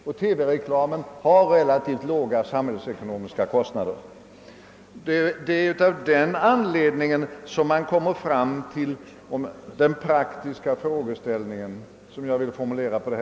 TV-reklamen har ju relativt låga samhällsekonomiska kostnader. Det är av den anledningen jag tänkt ställa en fråga till herr Palme.